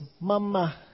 Mama